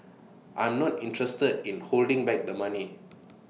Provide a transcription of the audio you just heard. I'm not interested in holding back the money